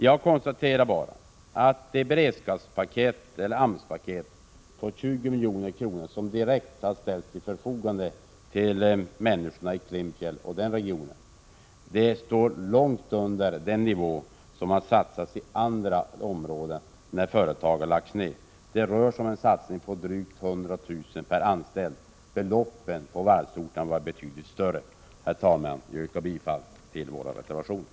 Jag konstaterar bara att det AMS-paket på 20 milj.kr. som direkt har ställts till förfogande för människorna i Klimpfjäll och den regionen är långt mindre än vad som har satsats i andra områden när företag har lagts ner. Det rör sig om en satsning på drygt 100 000 kr. per anställd. Beloppen på Prot. 1986/87:136 varvsorterna var betydligt större. 4 juni 1987 Herr talman! Jag yrkar bifall till våra reservationer.